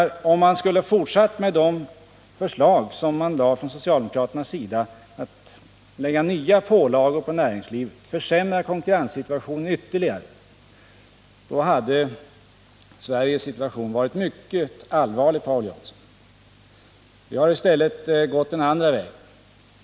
Om man hade fortsatt på socialdemokraternas linje, nämligen att lägga nya pålagor på näringslivet och försämra konkurrenssituationen ytterligare, då hade Sveriges situation varit mycket allvarlig, Paul Jansson. Vi har i stället gått den andra vägen.